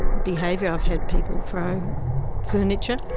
behaviour. i've had people throw furniture.